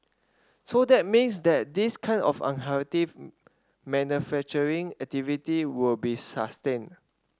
so that means that this kind of unhealthy manufacturing activity will be sustained